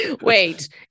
Wait